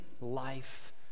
life